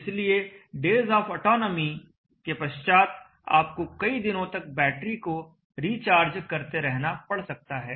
इसलिए days of autonomy के पश्चात आपको कई दिनों तक बैटरी को रिचार्ज करते रहना पड़ सकता है